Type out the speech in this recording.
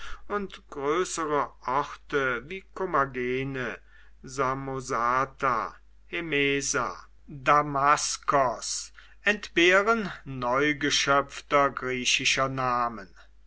und größere orte wie kommagene samosata hemesa damaskos entbehren neugeschöpfter griechischer namen